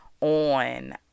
on